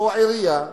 או העירייה,